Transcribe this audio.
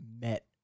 met